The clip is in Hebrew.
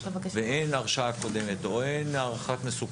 אין הרשעה קודמת או אין הערכת מסוכנות,